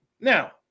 Now